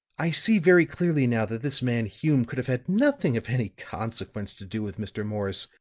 i see very clearly now that this man hume could have had nothing of any consequence to do with mr. morris.